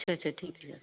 ਅੱਛਾ ਅੱਛਾ ਠੀਕ ਆ